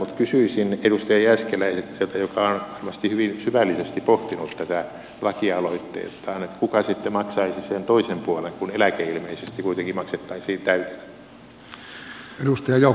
mutta kysyisin edustaja jääskeläiseltä joka on varmasti hyvin syvällisesti pohtinut tätä lakialoitettaan kuka sitten maksaisi sen toisen puolen kun eläke ilmeisesti kuitenkin maksettaisiin täytenä